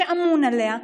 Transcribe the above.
אמון עליה,